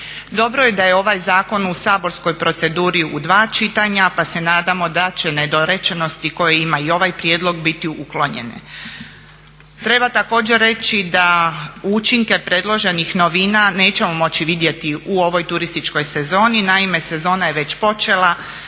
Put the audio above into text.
Dobro je da je ovaj zakon u saborskoj proceduri u dva čitanja pa se nadamo da će nedorečenosti koje ima i ovaj prijedlog biti uklonjene. Treba također reći da učinke predloženih novina nećemo moći vidjeti u ovoj turističkoj sezoni. Naime, sezona je već počela,